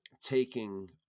taking